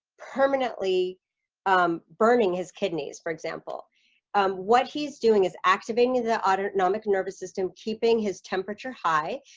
permanently um burning his kidneys, for example what he's doing is activating the the autonomic nervous system keeping his temperature high.